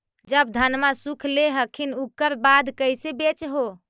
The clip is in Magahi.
जब धनमा सुख ले हखिन उकर बाद कैसे बेच हो?